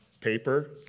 paper